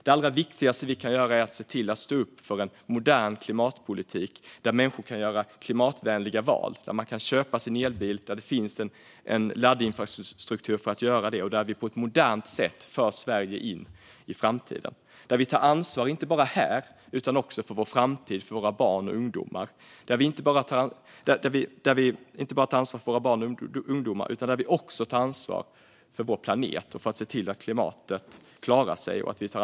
Det allra viktigaste vi kan göra är att stå upp för en modern klimatpolitik där människor kan göra klimatvänliga val, där det finns en laddinfrastruktur så att man kan köpa en elbil och där vi på ett modernt sätt för Sverige in i framtiden. Genom att ta ansvar för vår planet och för klimatfrågan tar vi ansvar inte bara här och nu utan också för våra barns och ungdomars framtid.